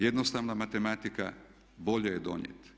Jednostavna matematika bolje je donijeti.